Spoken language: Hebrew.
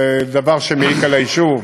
זה דבר שמעיק על היישוב,